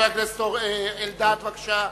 חבר הכנסת אלדד, בבקשה.